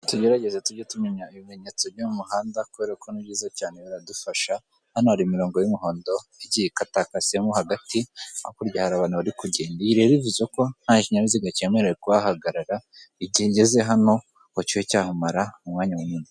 Tugerageze tujye tumenya ibimenyetso byo mu muhanda kubera ko ni byiza cyane biradufasha, hano hari imirongo y'umuhondo igiye ikatakasemo hagati hakurya hari abantu bari kugenda rero bivuze ko nta kinyabiziga kemerewe kuhahagarara, igihe ngeze hano ngo kibe cyahamara umwanya munini.